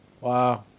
Wow